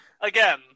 again